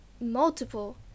multiple